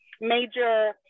major